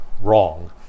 wrong